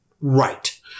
right